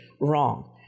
wrong